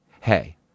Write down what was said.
hey